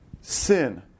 sin